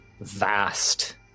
vast